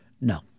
No